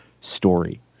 story